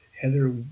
Heather